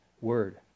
word